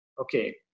Okay